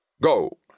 Go